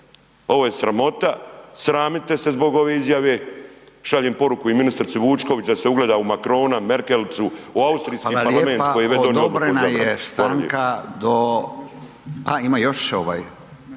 Ovo je sramota, sramite se zbog ove izjave, šaljem poruku i ministrici Vučković da se ugleda u Marcona, Merkelicu, u austrijski Parlament koji je već donio odluku